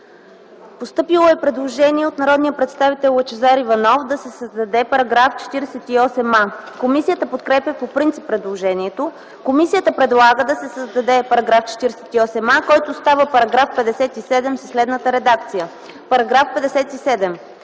Постъпило е предложение от народния представител Лъчезар Иванов да се създаде § 48а. Комисията подкрепя по принцип предложението. Комисията предлага да се създаде § 48а, който става § 57 със следната редакция: „§ 57.